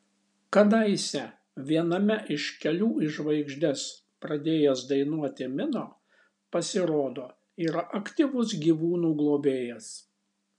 kadaise viename iš kelių į žvaigždes pradėjęs dainuoti mino pasirodo yra aktyvus gyvūnų globėjas